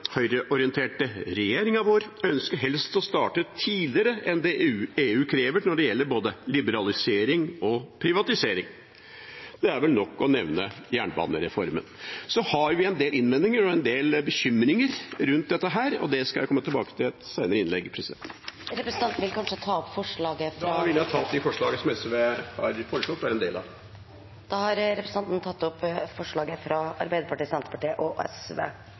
høyreorienterte regjeringa vår ønsker helst å starte tidligere enn det EU krever når det gjelder både liberalisering og privatisering. Det er vel nok å nevne jernbanereformen. Så har vi en del innvendinger og en del bekymringer rundt dette, og det skal jeg komme tilbake til i et senere innlegg. Da tar jeg opp det forslaget som SV har lagt fram sammen med Arbeiderpartiet og Senterpartiet. Representanten Arne Nævra har tatt opp det forslaget han refererte til. Begrepet «ekspressbuss» kan ha forskjellig innhold. I forslaget